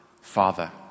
Father